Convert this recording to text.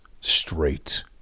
straight